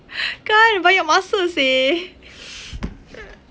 kan banyak masa seh